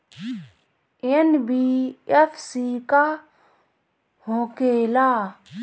NBFC का होंखे ला?